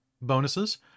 bonuses